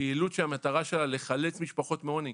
פעילות שהמטרה שלה לחלץ משפחות מעוני.